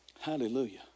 Hallelujah